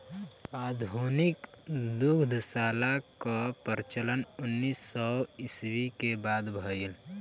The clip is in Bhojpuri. आधुनिक दुग्धशाला कअ प्रचलन उन्नीस सौ ईस्वी के बाद भइल